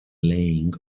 laying